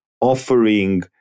offering